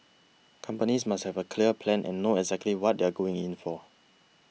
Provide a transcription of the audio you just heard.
companies must have a clear plan and know exactly what they are going in for